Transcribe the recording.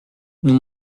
nous